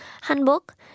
handbook